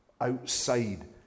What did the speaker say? outside